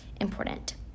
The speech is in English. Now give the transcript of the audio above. important